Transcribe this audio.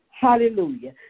Hallelujah